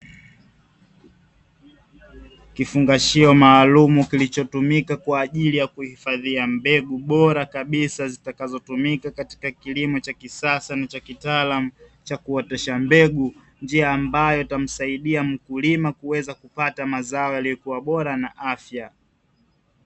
Kifungashio maalumu kilichotumika kwa ajili ya kuhifadhia mbegu bora kabisa, zitakazotumika katika kilimo cha kisasa na cha kitaalamu cha kuotesha mbegu, njia ambayo itamsaidia mkulima kuweza kupata mazao yaliyokuwa bora na afya.